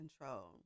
control